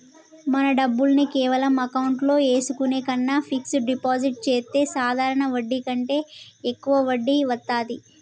మన డబ్బుల్ని కేవలం అకౌంట్లో ఏసుకునే కన్నా ఫిక్సడ్ డిపాజిట్ చెత్తే సాధారణ వడ్డీ కంటే యెక్కువ వడ్డీ వత్తాది